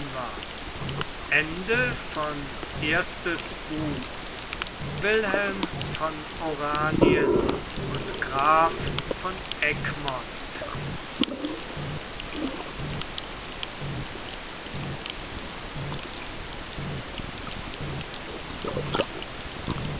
erste wilhelm von oranien und graf von egmont